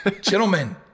gentlemen